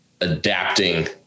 adapting